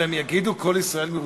והם יגידו "קול ישראל מירושלים"?